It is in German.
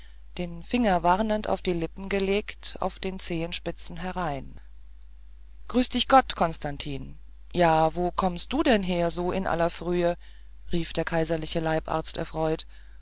den finger warnend auf die lippen gelegt auf den zehenspitzen herein grüß dich gott konstantin ja wo kommst denn du her so in aller frühe rief der kaiserliche leibarzt erfreut